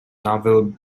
novel